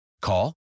Call